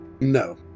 No